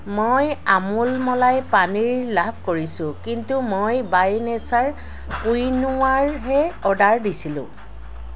মই আমুল মলাই পানীৰ লাভ কৰিছোঁ কিন্তু মই বাই নেচাৰ কুইনোৱাহে অৰ্ডাৰ দিছিলোঁ